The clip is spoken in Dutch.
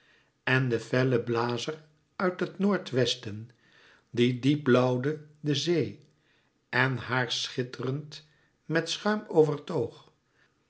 en de felle blazer uit het noordwesten die diep blauwde de zee en haar schitterend met schuim